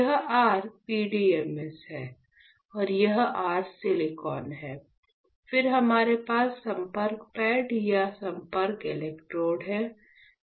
यह r PDMS है यह r सिलिकॉन है फिर हमारे पास संपर्क पैड या संपर्क इलेक्ट्रोड हैं